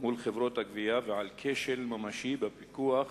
מול חברות הגבייה ועל כשל ממשי בפיקוח